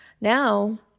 Now